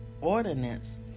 ordinance